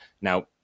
Now